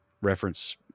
reference